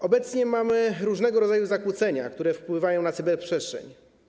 Obecnie mamy różnego rodzaju zakłócenia, które wpływają na cyberprzestrzeń.